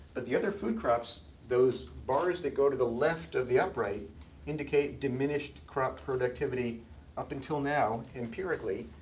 but the other food crops those bars that go to the left of the upright indicate diminished crop productivity up until now, empirically,